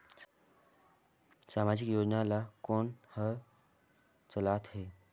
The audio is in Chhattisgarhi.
समाजिक योजना ला कोन हर चलाथ हे?